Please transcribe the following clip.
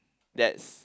that's